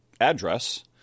address